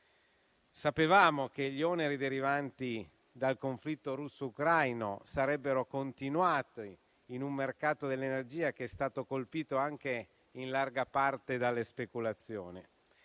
Sapevamo che gli oneri derivanti dal conflitto russo-ucraino sarebbero continuati in un mercato dell'energia che è stato colpito anche in larga parte dalle speculazioni.